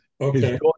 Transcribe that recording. Okay